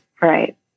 Right